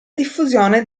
diffusione